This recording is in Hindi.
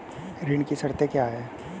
ऋण की शर्तें क्या हैं?